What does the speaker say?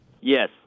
Yes